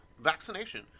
vaccination